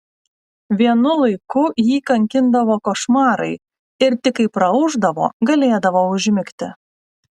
vienu laiku jį kankindavo košmarai ir tik kai praaušdavo galėdavo užmigti